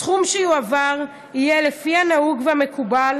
הסכום שיועבר יהיה לפי הנהוג והמקובל